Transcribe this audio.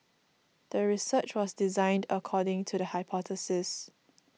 the research was designed according to the hypothesis